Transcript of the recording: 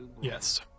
Yes